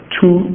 two